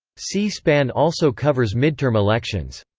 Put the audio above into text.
c-span also covers midterm elections.